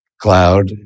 cloud